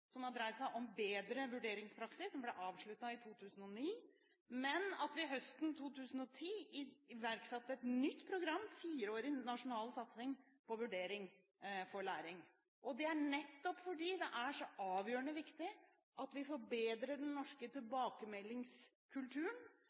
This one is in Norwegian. som har dreid seg om bedre vurderingspraksis, som ble avsluttet i 2009, men at vi høsten 2010 iverksatte et nytt program, en fireårig nasjonal satsing på Vurdering for læring, nettopp fordi det er så avgjørende viktig at vi forbedrer den norske tilbakemeldingskulturen,